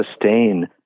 sustain